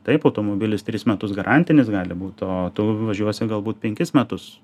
taip automobilis tris metus garantinis gali būt o tu važiuosi galbūt penkis metus